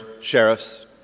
Sheriff's